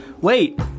wait